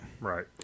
Right